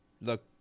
look